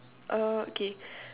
uh okay